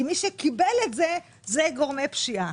כי מי שקיבל את זה הם גורמי פשיעה.